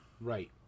Right